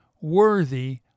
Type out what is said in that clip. worthy